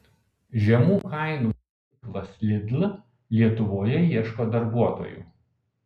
žemų kainų tinklas lidl lietuvoje ieško darbuotojų